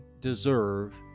deserve